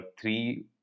three